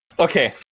Okay